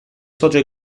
socio